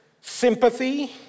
sympathy